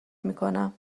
میکنم